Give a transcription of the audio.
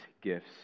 gifts